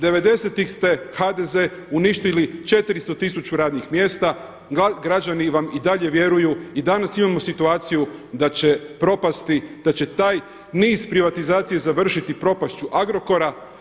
Devedesetih ste HDZ uništili 400, 1000 radnih mjesta, građani vam i dalje vjeruju, i danas imamo situaciju da će propasti, da će taj niz privatizacije završiti propašću Agrokora.